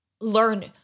learn